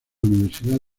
universidad